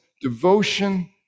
devotion